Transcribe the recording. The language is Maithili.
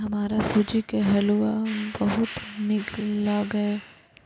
हमरा सूजी के हलुआ बहुत नीक लागैए